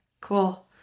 cool